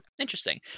interesting